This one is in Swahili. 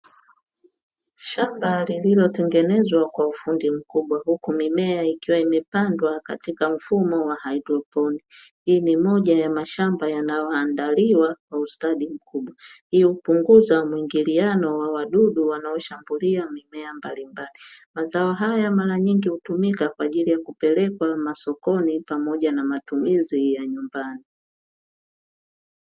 Shamba lililotengenezwa kwa ufundi mkubwa huku mimea ikiwa imepandwa katika mfumo wa haidroponi, hii ni moja ya mashamba yanayo andaliwa kwa ustadi mkubwa, hii hupunguza muingiliano wa wadudu wanaoshambulia mimea mbalimbali, mazao haya mara nyingi hutumika kwajili ya kupelekwa masokoni pamoja na matumizi ya nyumbani.